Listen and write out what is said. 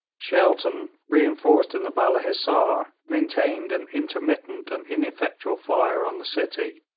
shelton, reinforced in the balla hissar, maintained an intermittent and ineffectual fire on the city.